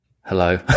hello